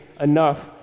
enough